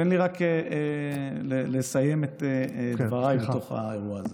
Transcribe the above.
רגע, תן לי רק לסיים את דבריי בתוך האירוע הזה.